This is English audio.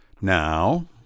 Now